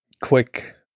quick